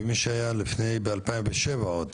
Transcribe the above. ומי שהיה עוד ב-2007 עוד,